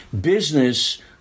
business